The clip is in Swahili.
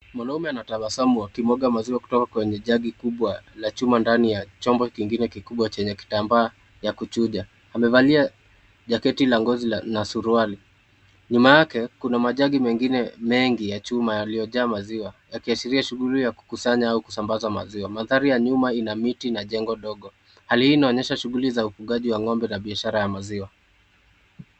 Mwanaume anatabasamu akinwaga maziwa kutoka kwenye jagi kubwa la chuma, ndani ya chombo jingine kikubwa, chenye kitambaa Cha kuchuja. Amevalia jaketi la ngozi na suruali. Nyuma yake kuna majagi mengine mengi ya chuma yaliyojaa maziwa ya kuashiria shughuli ya kusanya au kusambaza maziwa. Mandhari ya nyuma Ina miti na jengo ndog. Hali hii inaonyesha shughuli ya ufugaji wa ngombe na biashara ya maziwa.